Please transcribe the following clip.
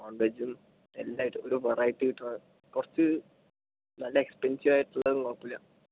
നോൺവെജും എല്ലാ ഐറ്റം ഒരു വെറൈറ്റി കിട്ടണ കുറച്ച് നല്ല എക്സ്പെൻസീവ് ആയിട്ടുള്ളതൊന്നും കുഴപ്പമില്ല